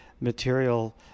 material